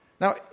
Now